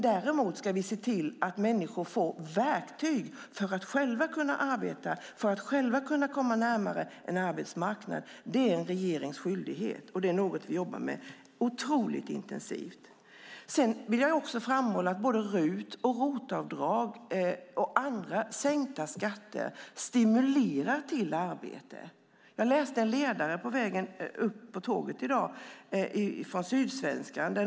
Däremot ska vi se till att människor får verktyg för att själva kunna arbeta, för att själva kunna komma närmare en arbetsmarknad. Det är en regerings skyldighet. Detta är något som vi otroligt intensivt jobbar med. Jag vill också framhålla att både RUT och ROT-avdrag liksom andra sänkta skatter stimulerar till arbete. På tåget på vägen upp hit i dag läste jag en ledare i Sydsvenskan.